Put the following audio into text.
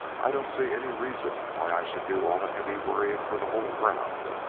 i don't see any reason why i should do all the heavy worrying for the whole crowd.